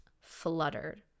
fluttered